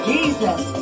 Jesus